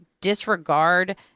disregard